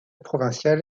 provinciale